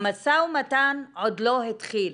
המשא ומתן עוד לא התחיל.